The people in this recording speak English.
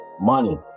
money